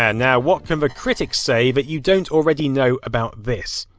and now what can the critics say that you don't already know about this?